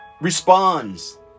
Responds